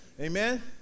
Amen